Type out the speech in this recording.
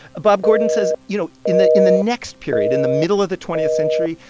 bob gordon says, you know, in the in the next period, in the middle of the twentieth century,